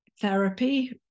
therapy